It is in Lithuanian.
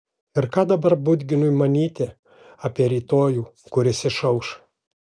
ir ką dabar budginui manyti apie rytojų kuris išauš